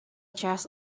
chest